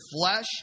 flesh